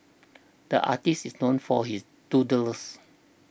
the artist is known for his doodles